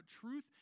truth